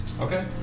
Okay